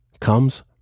comes